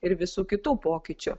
ir visų kitų pokyčių